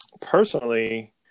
Personally